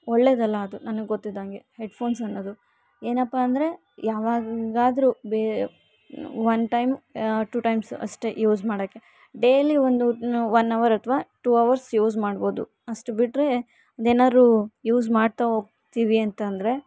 ಒಳ್ಳೆದಲ್ಲ ಅದು ನನಗೆ ಗೊತ್ತಿದಂಗೆ ಹೆಡ್ ಫೋನ್ಸ್ ಅನ್ನೋದು ಏನಪ್ಪ ಅಂದರೆ ಯಾವಾಗಾದ್ರೂ ಬೆ ಒನ್ ಟೈಮ್ ಟು ಟೈಮ್ಸ್ ಅಷ್ಟೇ ಯೂಸ್ ಮಾಡೋಕ್ಕೆ ಡೈಲಿ ಒಂದು ಒನ್ ಅವರ್ ಅಥ್ವಾ ಟು ಅವರ್ಸ್ ಯೂಸ್ ಮಾಡ್ಬೋದು ಅಷ್ಟು ಬಿಟ್ಟರೆ ಅದೇನಾರು ಯೂಸ್ ಮಾಡ್ತಾ ಹೋಗ್ತೀವಿ ಅಂತಂದ್ರೆ